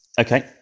Okay